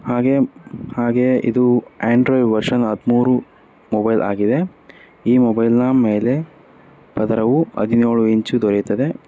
ಹಾಗೆ ಹಾಗೆ ಇದು ಆ್ಯಂಡ್ರಾಯ್ಡ್ ವರ್ಷನ್ ಹದಿಮೂರು ಮೊಬೈಲ್ ಆಗಿದೆ ಈ ಮೊಬೈಲ್ನ ಮೇಲೆ ಪದರವು ಹದಿನೇಳು ಇಂಚು ದೊರೆಯುತ್ತದೆ